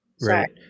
Right